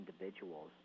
individuals